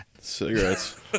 Cigarettes